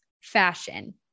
fashion